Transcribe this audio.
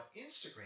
Instagram